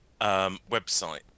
website